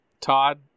Todd